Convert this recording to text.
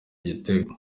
igitego